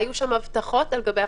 היו שם הבטחות על גבי הבטחות.